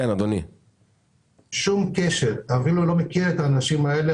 אני אפילו לא מכיר את האנשים האלה.